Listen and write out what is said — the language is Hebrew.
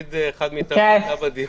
תמיד אחד מאיתנו נמצא בדיון.